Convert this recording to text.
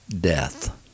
death